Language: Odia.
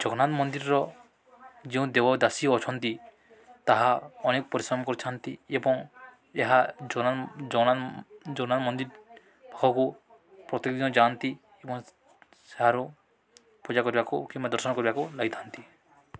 ଜଗନ୍ନାଥ ମନ୍ଦିରର ଯେଉଁ ଦେବଦାସୀ ଅଛନ୍ତି ତାହା ଅନେକ ପରିଶ୍ରମ କରିଥାନ୍ତି ଏବଂ ଏହା ଜଗନ୍ନାଥ ମନ୍ଦିର ପାଖକୁ ପ୍ରତ୍ୟେକ ଦିନ ଯାଆନ୍ତି ଏବଂ ସେହାର ପୂଜା କରିବାକୁ କିମ୍ବା ଦର୍ଶନ କରିବାକୁ ଲାଗିଥାନ୍ତି